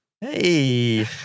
Hey